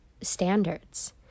standards